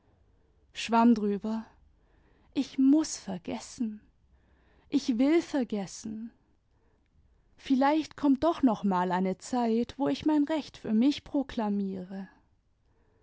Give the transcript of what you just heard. schwamm drber ich muß vergessen ich will vergessen vielleicht konrnit doch noch mal eine zeit wo ich mein recht für mich proklamiere